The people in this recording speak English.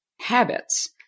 habits